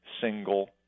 single